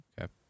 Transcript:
Okay